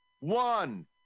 one